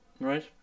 Right